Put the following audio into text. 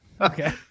Okay